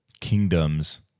kingdoms